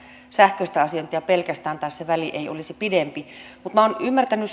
sähköistä asiointia pelkästään tai se väli ei olisi pidempi mutta minä olen ymmärtänyt